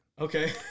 Okay